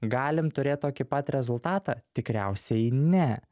galim turėt tokį pat rezultatą tikriausiai ne